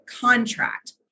contract